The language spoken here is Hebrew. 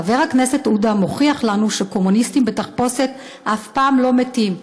חבר הכנסת עודה מוכיח לנו שקומוניסטים בתחפושת אף פעם לא מתים,